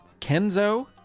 Kenzo